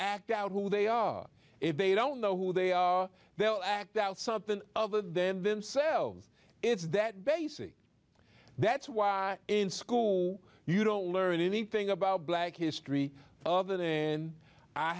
act out who they are if they don't know who they are they'll act out something other than themselves it's that basic that's why in school you don't learn anything about black history other than i